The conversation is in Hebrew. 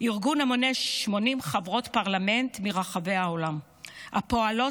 ארגון המונה 80 חברות פרלמנט מרחבי העולם הפועלות